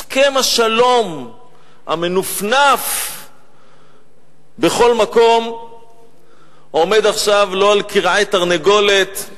הסכם השלום המנופנף בכל מקום עומד עכשיו לא על כרעי תרנגולת,